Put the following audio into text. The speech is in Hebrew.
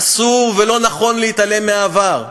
ואסור ולא נכון להתעלם מהעבר.